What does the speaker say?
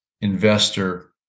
investor